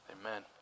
Amen